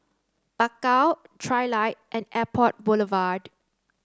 Bakau Trilight and Airport Boulevard